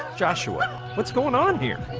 joshua what's going on here?